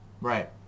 Right